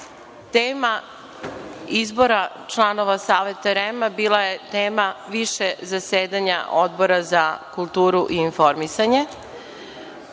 tema izbora članova Saveta REM-a bila je tema više zasedanja Odbora za kulturu i informisanje